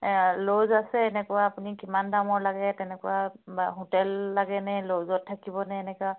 lodge আছে এনেকুৱা আপুনি কিমান দামৰ লাগে তেনেকুৱা বা হোটেল লাগে নে ল'জত থাকিবনে এনেকুৱা